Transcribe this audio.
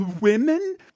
women